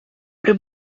при